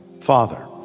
Father